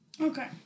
Okay